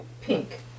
pink